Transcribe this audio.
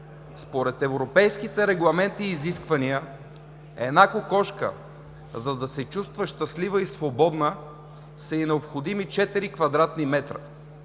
Според европейските регламенти и изисквания на една кокошка, за да се чувства щастлива и свободна, са й необходими 4 кв. м.